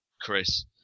Chris